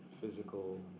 physical